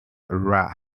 wrath